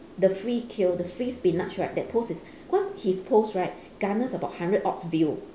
the free kill the free spinach right that post is because his post right garner about hundred odd views